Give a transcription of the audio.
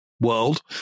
world